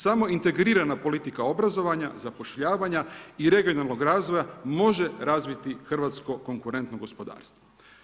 Samo integrirana politika obrazovanja, zapošljavanja i regionalnog razvoja može razviti hrvatsko konkurentno gospodarstvo.